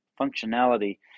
functionality